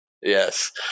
Yes